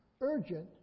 urgent